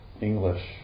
English